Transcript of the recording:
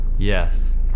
Yes